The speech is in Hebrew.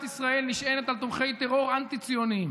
ישראל נשענת על תומכי טרור אנטי-ציונים.